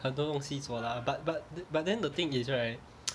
很多东西做 lah but but but then the thing is right